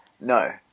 No